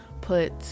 put